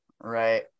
right